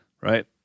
Right